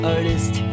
artist